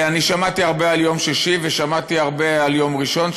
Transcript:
אני שמעתי הרבה על יום שישי ושמעתי הרבה על יום ראשון,